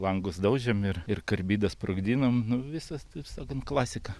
langus daužėm ir ir karbidą sprogdinom nu visas taip sakant klasika